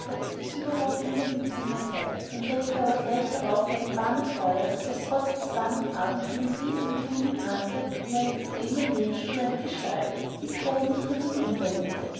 daß überhaupt niemand im zimmer sei entdeckte aber gleich darauf vor dem feuer das trotz des warmen abends in dem riesigen kamin brannte in einem bequemen lehnstuhl eine gestalt die sich aber nicht nach ihm umwendete